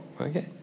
okay